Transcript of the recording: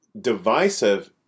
divisive